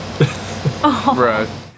Right